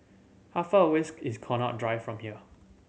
how far away is Connaught Drive from here